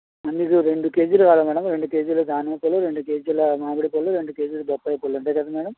అన్నీ రెండు కేజీలు కావాలా మేడం రెండు కేజీలు దానిమ్మ పళ్ళు రెండు కేజీలు మామిడి పళ్ళు రెండు కేజీలు బొప్పాయి పళ్ళు అంతే కదా మేడం